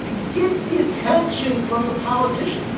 ah get the attention from the politician.